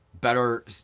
better